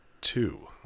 two